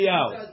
out